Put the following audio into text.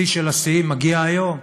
השיא של השיאים מגיע היום,